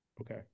Okay